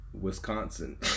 Wisconsin